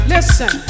Listen